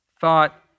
thought